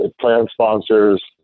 plan-sponsors